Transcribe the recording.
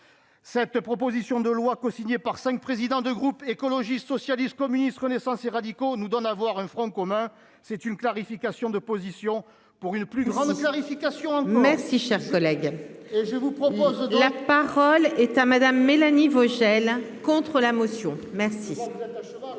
cette proposition de loi cosignée par 5 présidents de groupes écologistes, socialistes, communistes, Renaissance et radicaux nous donne à voir un front commun, c'est une clarification de position pour une plus grande clarification. Merci, cher collègue, je vous propose la parole est à Madame, Mélanie Vogel contre la motion, merci,